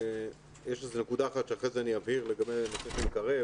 יש נקודה אחת שאחר כך אני אבהיר לגבי קרן קרב,